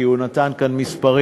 כי הוא נתן כאן מספרים